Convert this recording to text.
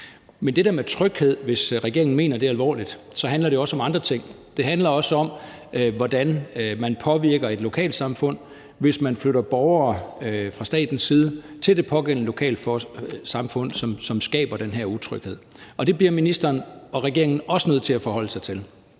af døgnet. Men hvis regeringen mener det med tryghed alvorligt, så handler det jo også om andre ting. Det handler også om, hvordan man påvirker et lokalsamfund, hvis man fra statens side flytter borgere til det pågældende lokalsamfund, hvorved der skabes den her utryghed. Det bliver ministeren og regeringen også nødt til at forholde sig til.